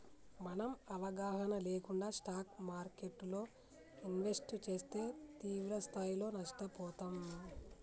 మనం అవగాహన లేకుండా స్టాక్ మార్కెట్టులో ఇన్వెస్ట్ చేస్తే తీవ్రస్థాయిలో నష్టపోతాం